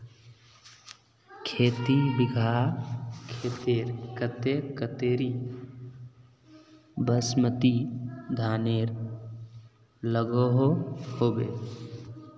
खेती बिगहा खेतेर केते कतेरी बासमती धानेर लागोहो होबे?